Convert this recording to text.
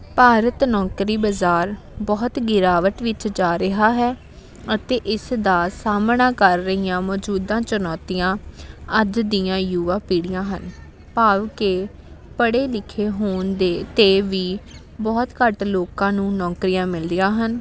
ਭਾਰਤ ਨੌਕਰੀ ਬਜ਼ਾਰ ਬਹੁਤ ਗਿਰਾਵਟ ਵਿੱਚ ਜਾ ਰਿਹਾ ਹੈ ਅਤੇ ਇਸ ਦਾ ਸਾਹਮਣਾ ਕਰ ਰਹੀਆਂ ਮੌਜੂਦਾ ਚੁਣੌਤੀਆਂ ਅੱਜ ਦੀਆਂ ਯੂਵਾ ਪੀੜ੍ਹੀਆਂ ਹਨ ਭਾਵ ਕਿ ਪੜ੍ਹੇ ਲਿਖੇ ਹੋਣ ਦੇ 'ਤੇ ਵੀ ਬਹੁਤ ਘੱਟ ਲੋਕਾਂ ਨੂੰ ਨੌਕਰੀਆਂ ਮਿਲਦੀਆਂ ਹਨ